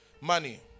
money